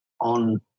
on